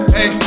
Hey